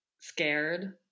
scared